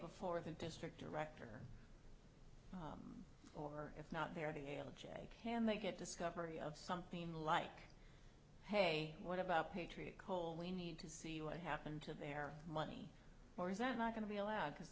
before the district director or if not they're the algae can they get discovery of something like hey what about patriot coley need to see what happened to their money or is that not going to be allowed because